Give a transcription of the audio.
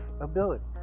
ability